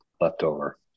leftover